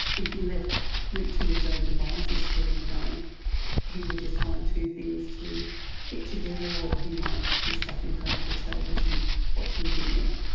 if you left luke to his own devices during the day he would just find two things to hit together or he might be stuck in front of the television watching a video.